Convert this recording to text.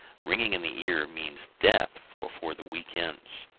ringing in the ears means death before the week ends.